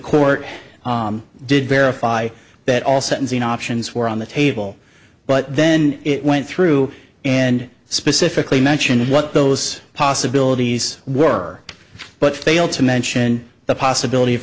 court did verify that all sentencing options were on the table but then it went through and specifically mention what those possibilities were but failed to mention the possibility of